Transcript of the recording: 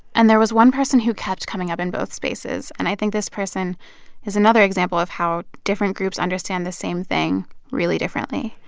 and there was one person who kept coming up in both spaces. and i think this person is another example of how different groups understand the same thing really differently.